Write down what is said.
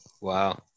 Wow